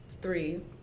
three